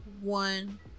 one